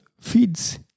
feeds